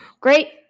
great